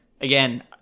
Again